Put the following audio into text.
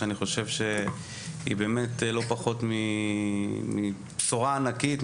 שאני חושב שהיא באמת לא פחות מבשורה ענקית,